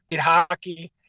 hockey